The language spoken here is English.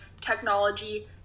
technology